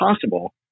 possible